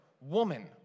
woman